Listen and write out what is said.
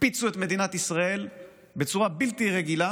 הקפיצו את מדינת ישראל בצורה בלתי רגילה